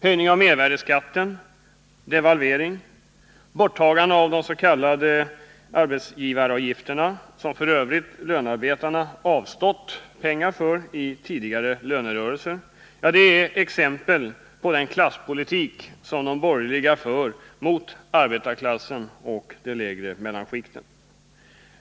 Höjning av mervärdeskatten, devalvering, borttagande av de s.k. arbetsgivaravgifterna — som f.ö. löntagarna avstått pengar för i tidigare lönerörelser — är exempel på den klasspolitik som de borgerliga för mot arbetarklassen och de lägre mellanskikten.